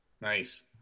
Nice